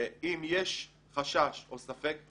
שאם יש חשש או ספק,